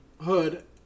hood